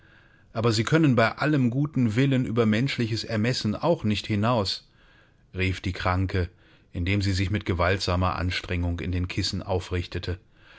aber sie können bei allem guten willen über menschliches ermessen auch nicht hinaus rief die kranke indem sie sich mit gewaltsamer anstrengung in den kissen aufrichtete